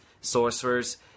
sorcerers